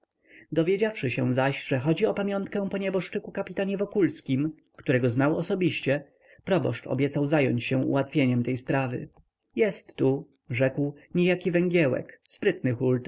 dowiedziawszy się zaś że chodzi o pamiątkę po nieboszczyku kapitanie wokulskim którego znał osobiście proboszcz obiecał zająć się ułatwieniem tej sprawy jest tu rzekł niejaki węgiełek sprytny